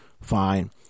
fine